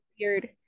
weird